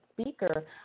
speaker